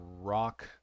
rock